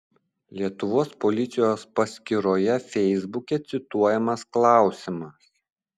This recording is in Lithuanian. lietuvos policijos paskyroje feisbuke cituojamas klausimas